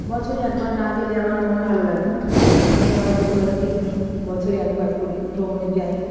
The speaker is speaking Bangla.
বছরে একবার না গেলে আমার মন ভালো লাগে না আমি আমার পরিবারকে নিয়ে বছরে একবার করে ভ্রমণে যাই